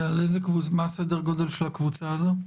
מה סדר-הגודל של הקבוצה הזאת?